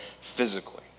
physically